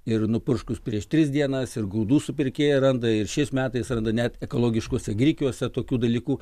ir nupurškus prieš tris dienas ir grūdų supirkėjai randa ir šiais metais randa net ekologiškuose grikiuose tokių dalykų